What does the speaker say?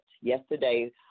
Yesterday